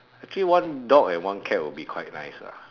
actually one dog and one cat would be quite nice lah